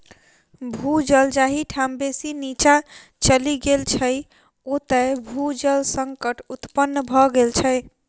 भू जल जाहि ठाम बेसी नीचाँ चलि गेल छै, ओतय भू जल संकट उत्पन्न भ गेल छै